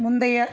முந்தைய